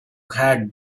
had